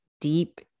deep